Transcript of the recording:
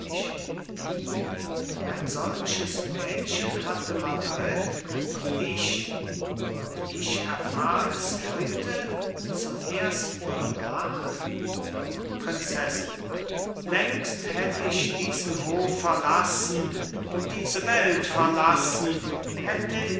wie ein solches mädchen hatte madrid und ich und ich erfahr es heute zum erstenmal prinzessin längst hätt ich diesen hof verlassen diese welt verlassen hätte